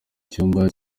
cyumba